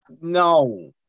No